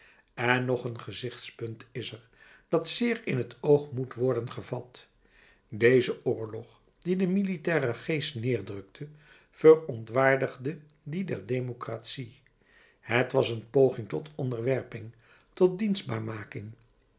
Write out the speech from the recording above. en nog een gezichtspunt is er dat zeer in t oog moet worden gevat deze oorlog die den militairen geest neerdrukte verontwaardigde dien der democratie het was een poging tot onderwerping tot